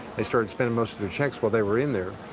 they started spending most of their cheques while they were in there.